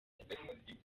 bitandukanye